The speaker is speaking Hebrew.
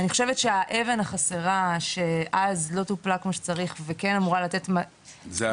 אני חושבת שהאבן החסרה שאז לא טופלה כמו שצריך וכן אמורה לתת מענה